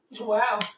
Wow